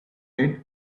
red